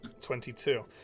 Twenty-two